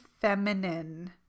feminine